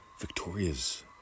Victoria's